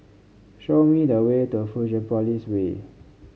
show me the way to Fusionopolis Way